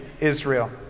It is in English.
Israel